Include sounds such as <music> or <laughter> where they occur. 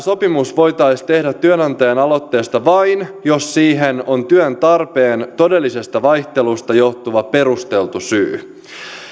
<unintelligible> sopimus voitaisiin tehdä työnantajan aloitteesta vain jos siihen on työn tarpeen todellisesta vaihtelusta johtuva perusteltu syy